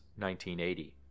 1980